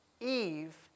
Eve